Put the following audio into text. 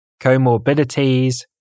comorbidities